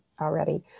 already